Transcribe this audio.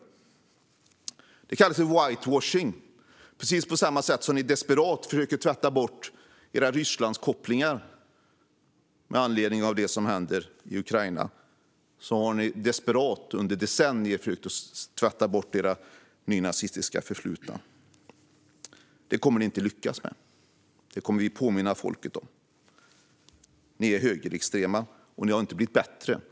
Det här kallas för whitewashing, och det är precis på samma sätt som ni desperat försöker tvätta bort era Rysslandskopplingar med anledning av det som händer i Ukraina. Ni har desperat, under decennier, försökt tvätta bort ert nynazistiska förflutna. Det kommer ni inte att lyckas med. Vi kommer att påminna folket om det här. Ni är högerextrema, och ni har inte blivit bättre.